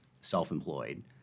self-employed